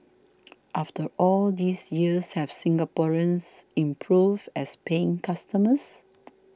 after all these years have Singaporeans improved as paying customers